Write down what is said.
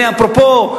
אפרופו,